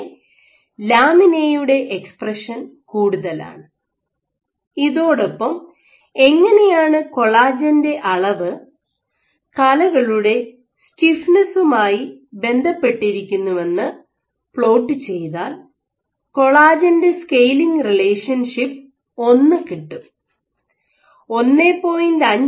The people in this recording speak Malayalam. അവിടെ ലാമിൻ എ യുടെ എക്സ്പ്രഷൻ കൂടുതലാണ് ഇതോടൊപ്പം എങ്ങനെയാണ് കൊളാജന്റെ അളവ് കലകളുടെ സ്റ്റിഫ്നെസ്സുമായി ബന്ധപ്പെട്ടിരിക്കുന്നുവെന്ന് പ്ലോട്ട് ചെയ്താൽ കൊളാജെൻറെ സ്കെയിലിംഗ് റിലേഷൻഷിപ്പ് 1 കിട്ടും 1